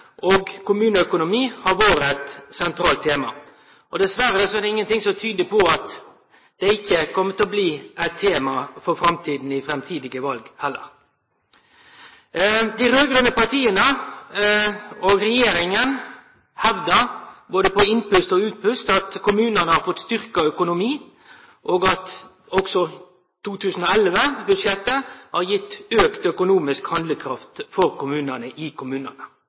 og kommuneøkonomi har vore eit sentralt tema. Dessverre er det ingenting som tyder på at det ikkje kjem til å bli eit tema i framtidige val heller. Dei raud-grøne partia og regjeringa hevdar, både på innpust og på utpust, at kommunane har fått styrkt økonomi, og at også 2011-budsjettet har gitt auka økonomisk handlekraft for kommunane. No er det slik at om ein reiser rundt i